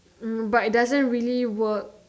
mm but it doesn't really work